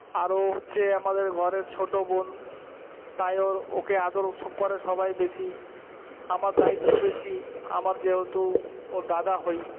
আর ও হচ্ছে আমাদের ঘরের ছোট বোন তাই ওকে আদর ওসব করে সবাই বেশি আমার দায়িত্ব বেশি আমার যেহেতু ওর দাদা হই